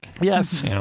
yes